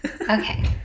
okay